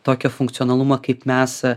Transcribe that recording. tokio funkcionalumo kaip mes